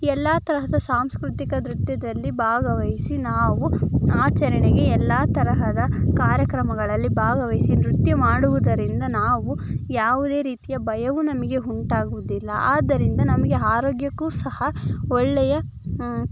ಎಲ್ಲ ತರಹದ ಸಾಂಸ್ಕೃತಿಕ ನೃತ್ಯದಲ್ಲಿ ಭಾಗವಹಿಸಿ ನಾವು ಆಚರಣೆಗೆ ಎಲ್ಲ ತರಹದ ಕಾರ್ಯಕ್ರಮಗಳಲ್ಲಿ ಭಾಗವಹಿಸಿ ನೃತ್ಯ ಮಾಡುವುದರಿಂದ ನಾವು ಯಾವುದೇ ರೀತಿಯ ಭಯವು ನಮಗೆ ಉಂಟಾಗುದಿಲ್ಲ ಆದ್ದರಿಂದ ನಮಗೆ ಆರೋಗ್ಯಕ್ಕೂ ಸಹ ಒಳ್ಳೆಯ ಹ್ಞೂ